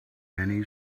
many